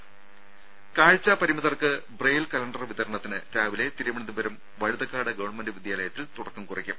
രംഭ കാഴ്ചാ പരിമിതർക്ക് braille calendar വിതരണത്തിന് രാവിലെ തിരുവനന്തപുരം വഴുതക്കാട് ഗവൺമെന്റ് വിദ്യാലയത്തിൽ തുടക്കം കുറിക്കും